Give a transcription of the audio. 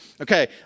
Okay